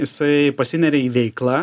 jisai pasineria į veiklą